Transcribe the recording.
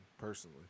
personally